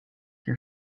your